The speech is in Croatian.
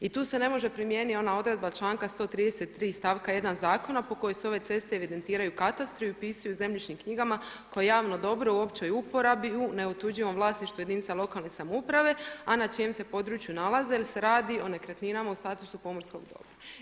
I tu se ne može primijeniti ona odredba članka 133. stavka 1. zakona po kojoj se ove ceste evidentiraju u katastru i upisuju u zemljišnim knjigama kao javno dobro u općoj uporabi u neotuđivom vlasništvu jedinica lokalne samouprave, a na čijem se području nalaze jel se radi o nekretninama u statusu pomorskog dobra.